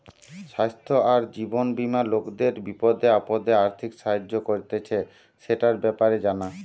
স্বাস্থ্য আর জীবন বীমা লোকদের বিপদে আপদে আর্থিক সাহায্য করতিছে, সেটার ব্যাপারে জানা